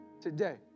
today